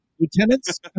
lieutenants